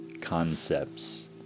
concepts